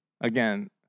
Again